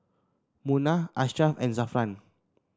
Munah Ashraf and Zafran